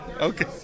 Okay